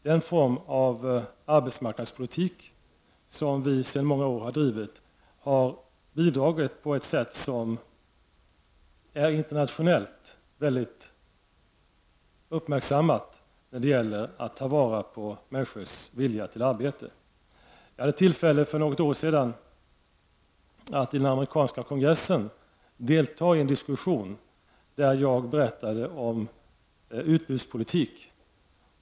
Den form av arbetsmarknadspolitik som vi sedan många år har drivit har bidragit — på ett sätt som är internationellt väldigt uppmärksammat — när det gäller att ta vara på människors vilja till arbete. Jag hade tillfälle för något år sedan att i den amerikanska kongressen delta i en diskussion där jag berättade om utbudspolitik.